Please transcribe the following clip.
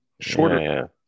shorter